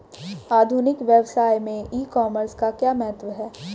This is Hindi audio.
आधुनिक व्यवसाय में ई कॉमर्स का क्या महत्व है?